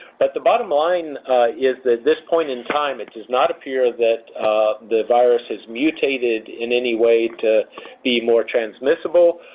but the bottom line is that at this point in time it does not appear that the virus has mutated in any way to be more transmissible,